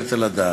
מתקבלת על הדעת,